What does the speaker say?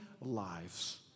lives